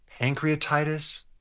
pancreatitis